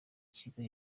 kigo